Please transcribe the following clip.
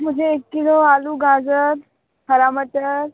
मुझे एक किलो आलू गाजर हरा मटर